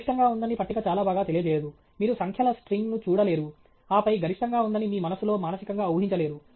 గరిష్టంగా ఉందని పట్టిక చాలా బాగా తెలియజేయదు మీరు సంఖ్యల స్ట్రింగ్ను చూడలేరు ఆపై గరిష్టంగా ఉందని మీ మనస్సులో మానసికంగా ఊహించలేరు